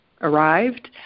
arrived